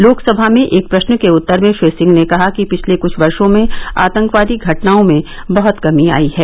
लोकसभा में एक प्रश्न के उत्तर में श्री सिंह ने कहा कि पिछले कुछ वर्षो में आतंकवादी घटनाओं में बहुत कमी आई है